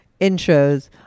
intros